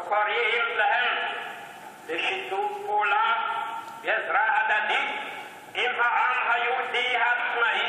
וקוראים להם לשיתוף פעולה ועזרה הדדית עם העם היהודי העצמאי